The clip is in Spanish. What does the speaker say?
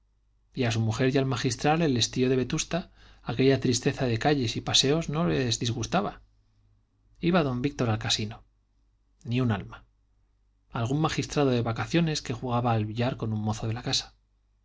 y a su mujer y al magistral el estío de vetusta aquella tristeza de calles y paseos no les disgustaba iba don víctor al casino ni un alma algún magistrado sin vacaciones que jugaba al billar con un mozo de la casa